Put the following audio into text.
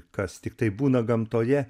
kas tiktai būna gamtoje